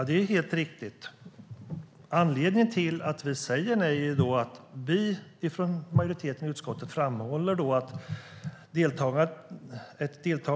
Herr talman! Det är helt riktigt att vi i utskottsmajoriteten säger nej till detta.